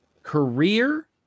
Career